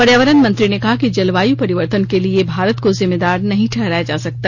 पर्यावरण मंत्री ने कहा कि जलवाय परिवर्तन के लिए भारत को जिम्मेदार नहीं ठहराया जा सकता